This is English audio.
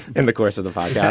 in the course of the yeah